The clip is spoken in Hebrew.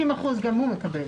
שיפוי 50% גם הוא מקבל.